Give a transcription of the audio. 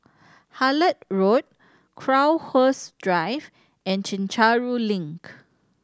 Hullet Road Crowhurst Drive and Chencharu Link